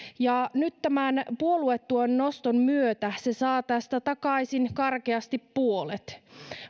ja nyt tämän puoluetuen noston myötä se saa tästä takaisin karkeasti puolet